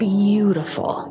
beautiful